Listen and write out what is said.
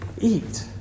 Eat